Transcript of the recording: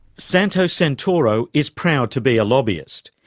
santo santoro is proud to be a lobbyist.